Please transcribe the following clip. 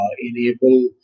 enable